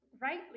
rightly